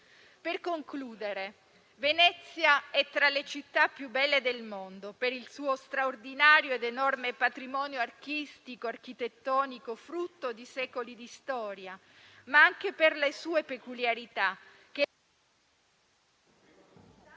Per concludere, Venezia è tra le città più belle del mondo, per il suo straordinario ed enorme patrimonio artistico e architettonico, frutto di secoli di storia, ma anche per le sue peculiarità.